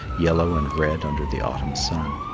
yellow and red under the autumn sun.